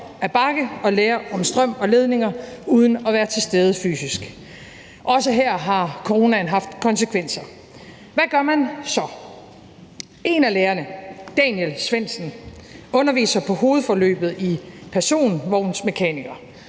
ad bakke at lære om strøm og ledninger uden at være til stede fysisk. Også her har coronaen haft konsekvenser. Hvad gør man så? En af lærerne, Daniel Svendsen, underviser på hovedforløbet til personvognsmekaniker.